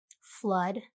flood